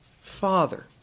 Father